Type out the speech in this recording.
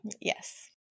Yes